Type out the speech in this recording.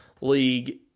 league